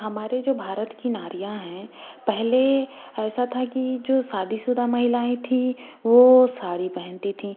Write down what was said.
हमारे जो भारत की नारियाँ हैं पहले ऐसा था कि जो शादीशुदा महिलाएँ थी वो साड़ी पहनती थीं